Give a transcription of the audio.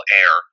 air